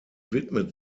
widmet